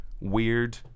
Weird